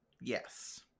yes